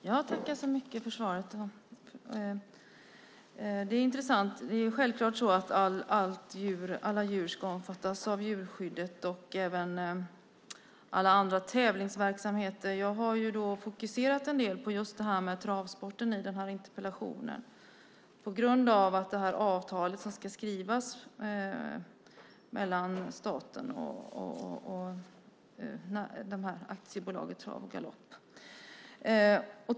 Fru talman! Jag tackar så mycket för svaret. Det är självklart så att alla djur ska omfattas av djurskyddet och även alla djur i tävlingsverksamheter. Jag har fokuserat en del på just travsporten i den här interpellationen på grund av det avtal som ska skrivas mellan staten och Aktiebolaget Trav och Galopp.